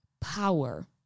power